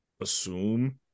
assume